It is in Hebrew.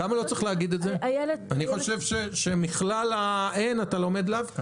אני חושב שמכלל ההן, אתה לומד לאו.